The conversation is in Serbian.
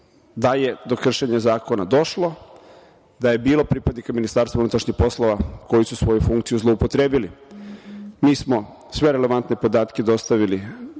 da je do kršenja zakona došlo, da je bilo pripadnika MUP-a koji su svoju funkciju zloupotrebili. Mi smo sve relevantne podatke dostavili